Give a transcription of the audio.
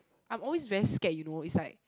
I'm always very scared you know it's like